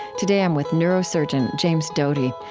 today, i'm with neurosurgeon james doty,